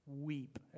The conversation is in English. weep